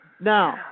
Now